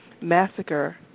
massacre